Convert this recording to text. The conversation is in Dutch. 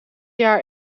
jaar